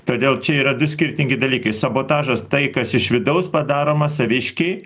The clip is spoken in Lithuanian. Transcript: todėl čia yra du skirtingi dalykai sabotažas tai kas iš vidaus padaroma saviškiai